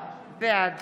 בעד